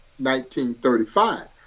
1935